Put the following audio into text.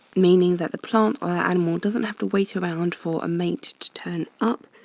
meaning that the plant or animal doesn't have to wait around for a mate to turn up,